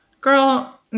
girl